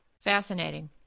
Fascinating